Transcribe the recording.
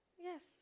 yes